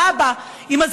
השרה רגב, בבקשה.